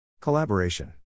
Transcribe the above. Collaboration